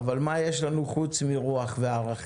אבל מה יש לנו חוץ מרוח וערכים?